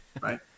right